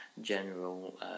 general